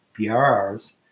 PRRs